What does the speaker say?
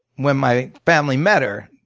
when my family met her,